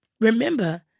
remember